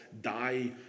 die